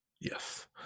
Yes